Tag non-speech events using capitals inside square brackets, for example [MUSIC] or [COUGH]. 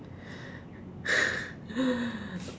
[LAUGHS]